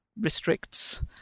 restricts